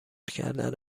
کردن